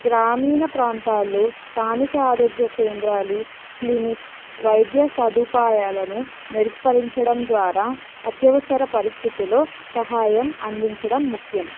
గ్రామీణ ప్రాంతాల్లో స్థానిక ఆరోగ్య కేంద్రాలు క్లినిక్స్ వైద్య సదుపాయాలను మెరుగుపరచడం ద్వారా అత్యవసర పరిస్థితిలో సహాయం అందించడం ముఖ్యం